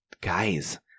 guys